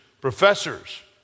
professors